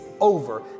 over